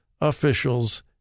officials